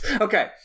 Okay